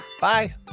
bye